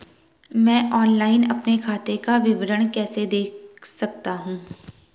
मैं ऑनलाइन अपने खाते का विवरण कैसे देख सकता हूँ?